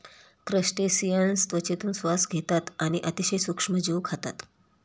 crustaceans त्वचेतून श्वास घेतात आणि अतिशय सूक्ष्म जीव खातात